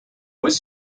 was